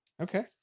okay